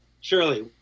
Surely